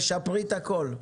תשפרי את הקול.